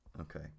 okay